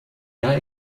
jahr